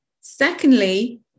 secondly